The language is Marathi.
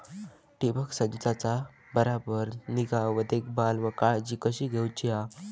ठिबक संचाचा बराबर ती निगा व देखभाल व काळजी कशी घेऊची हा?